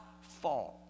fault